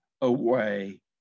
away